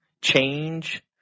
change